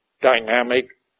dynamic